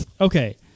Okay